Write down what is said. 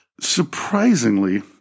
Surprisingly